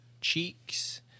cheeks